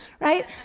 right